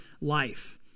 life